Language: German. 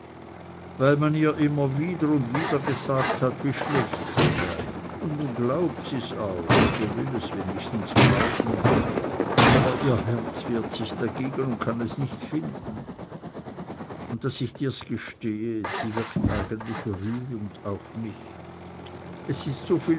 weil man ihr immer wieder und wieder gesagt hat wie schlecht sie sei und nun glaubt sie's auch oder will es wenigstens glauben aber ihr herz wehrt sich dagegen und kann es nicht finden und daß ich dir's gestehe sie wirkt eigentlich rührend auf mich es ist